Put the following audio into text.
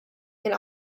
and